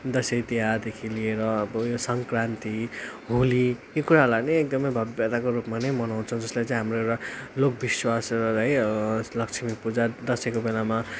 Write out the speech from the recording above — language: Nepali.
दसैँ तिहारदेखि लिएर अब यो सङ्क्रान्ति होली यो कुराहरूलाई नै एकदमै भव्यताको रूपमा नै मनाउछौँ जसलाई चाहिँ हाम्रो एउटा लोक विश्वास है लक्ष्मी पूजा दसैँको बेलामा